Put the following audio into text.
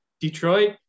Detroit